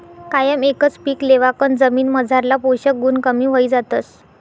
कायम एकच पीक लेवाकन जमीनमझारला पोषक गुण कमी व्हयी जातस